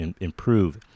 improve